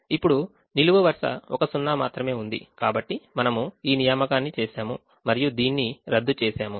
ఇప్పుడు నిలువు వరుస ఒక సున్నా మాత్రమే ఉంది కాబట్టి మనము ఈ నియామకాన్ని చేసాము మరియు దీన్ని రద్దు చేసాము